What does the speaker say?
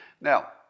Now